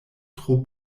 tro